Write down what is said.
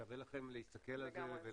שווה לכם להסתכל על זה.